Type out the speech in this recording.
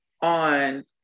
on